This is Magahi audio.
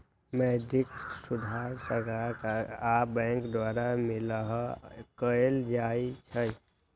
मौद्रिक सुधार सरकार आ बैंक द्वारा मिलकऽ कएल जाइ छइ